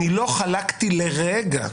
אני לא חלקתי לרגע,